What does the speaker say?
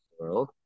world